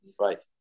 right